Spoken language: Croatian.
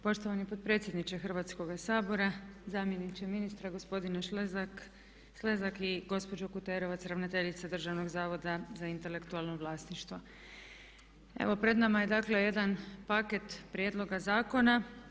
Poštovani potpredsjedniče Hrvatskoga sabora, zamjeniče ministra gospodine Šlezak i gospođo Kuterovac ravnateljice Državnog zavoda za intelektualno vlasništvo evo pred nama je dakle jedan paket prijedloga zakona.